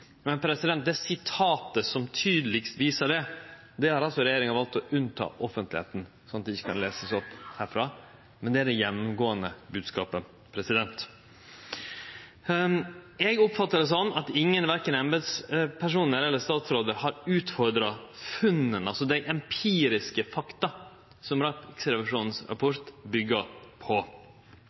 men det er det gjennomgåande bodskapet. Eg oppfattar det sånn at ingen, verken embetspersonar eller statsrådar, har utfordra funna, altså dei empiriske faktuma som rapporten frå Riksrevisjonen byggjer på.